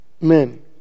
men